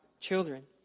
children